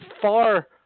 far